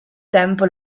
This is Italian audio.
tempo